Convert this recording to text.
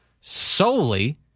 solely